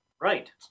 Right